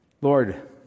Lord